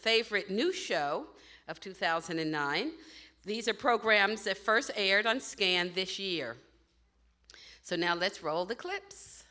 favorite new show of two thousand and nine these are programs that first aired on scanned this year so now let's roll the clips